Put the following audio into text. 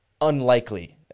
unlikely